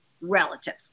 relative